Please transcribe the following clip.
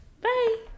bye